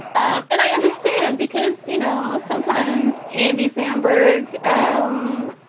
ah and i understand because, you know, sometimes andy samberg, um,